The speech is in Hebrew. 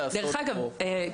אגב,